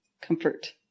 comfort